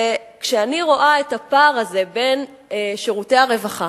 כשאני רואה את הפער הזה בין שירותי הרווחה,